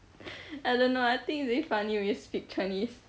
I don't know I think it's very funny when you speak chinese